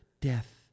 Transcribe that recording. death